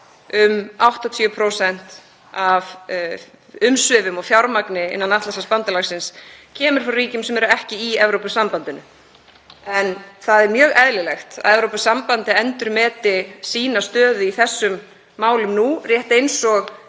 um 80% af umsvifum og fjármagni innan Atlantshafsbandalagsins kemur frá ríkjum sem eru ekki í Evrópusambandinu. Það er mjög eðlilegt að Evrópusambandið endurmeti sína stöðu í þessum málum nú, rétt eins og